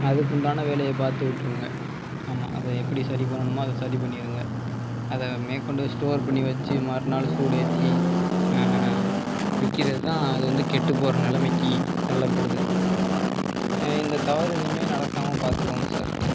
அதுக்குண்டான வேலையை பார்த்து விட்ருங்க ஆமாம் அதை எப்படி சரி பண்ணணுமோ அதை சரி பண்ணிடுங்க அதை மேற்கொண்டு ஸ்டோர் பண்ணி வச்சு மறுநாள் சூடேற்றி விற்கிறதுதான் அது வந்து கெட்டுப்போகிற நிலைமைக்கு தள்ளப்படுது இந்த தவறு இனிமேல் நடக்காமல் பார்த்துக்கோங்க சார்